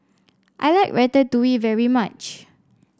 I like Ratatouille very much